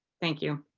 thank you.